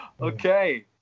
Okay